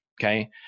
Okay